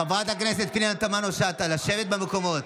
חברת הכנסת פנינה תמנו, לשבת במקומות.